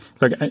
look